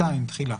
תחילה2.